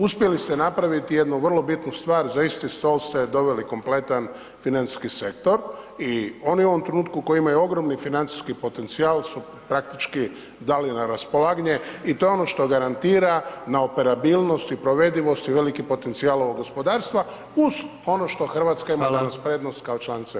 Uspjeli ste napraviti jednu vrlo bitnu stvar, za isti stol ste doveli kompletan financijski sektor i oni u ovom trenutku koji imaju ogromni financijski potencijal su praktički dali na raspolaganje i to je ono što garantira na operabilnost i provedivost i veliki potencijal ovog gospodarstva uz ono što RH ima kad [[Upadica: Hvala]] je usporedimo kao članicu EU.